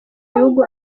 igihugu